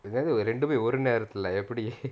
ரெண்டுமே ஒரு நேரத்துல எப்படி:rendumae oru nerathula eppadi